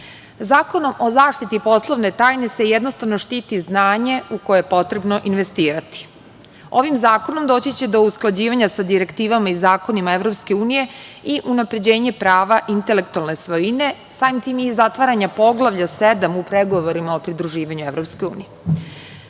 štiti. Zakonom o zaštiti poslovne tajne se jednostavno štiti znanje u koje je potrebno investirati. Ovim zakonom će doći do usklađivanja sa direktivama i zakonima EU i unapređenja prava intelektualne svojine, samim tim i zatvaranja Poglavlja 7. u pregovorima o pridruživanju